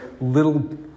little